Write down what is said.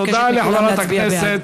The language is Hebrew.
תודה לחברת הכנסת